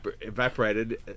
evaporated